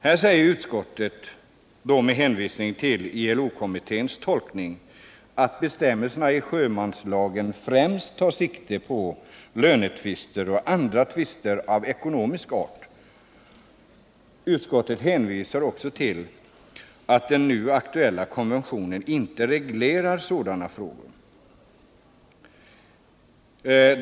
Här säger utskottet — med hänvisning till ILO-kommitténs tolkning — att bestämmelserna i sjömanslagen främst tar sikte på lönetvister och andra tvister av ekonomisk art. Utskottet hänvisar också till att den nu aktuella konventionen inte reglerar sådana frågor.